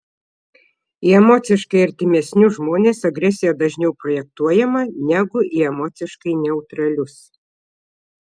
į emociškai artimesnius žmones agresija dažniau projektuojama negu į emociškai neutralius